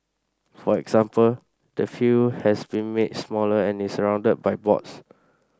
for example the field has been made smaller and is surrounded by boards